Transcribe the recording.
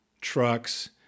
trucks